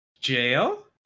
jail